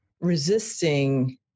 resisting